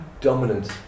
dominant